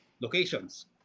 locations